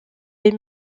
les